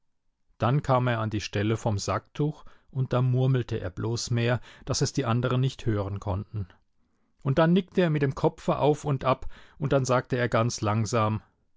dann kam er an die stelle vom sacktuch und da murmelte er bloß mehr daß es die andern nicht hören konnten und dann nickte er mit dem kopfe auf und ab und dann sagte er ganz langsam